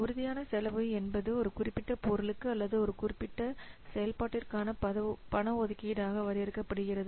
உறுதியான செலவு என்பது ஒரு குறிப்பிட்ட பொருளுக்கு அல்லது ஒரு குறிப்பிட்ட செயல்பாட்டிற்கான பண ஒதுக்கீடாக வரையறுக்கப்படுகிறது